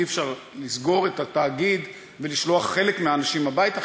אי-אפשר לסגור את התאגיד ולשלוח חלק מהאנשים הביתה.